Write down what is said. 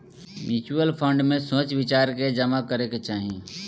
mutual fund में सोच विचार के जामा करे के चाही